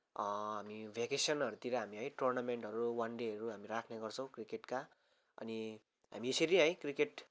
हामी भ्याकेसनहरूतिर हामी है टुर्नामेन्टहरू वान डेहरू हामी राख्ने गर्छौँ क्रिकेटका अनि हामी यसरी है क्रिकेट